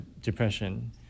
depression